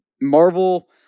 Marvel